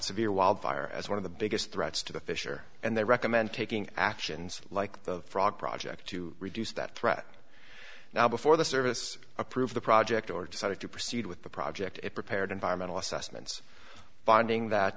severe wildfire as one of the biggest threats to the fisher and they recommend taking actions like the frog project to reduce that threat now before the service approved the project or decided to proceed with the project it prepared environmental assessments finding that